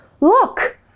Look